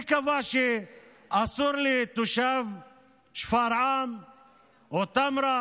מי קבע שאסור לתושב שפרעם או טמרה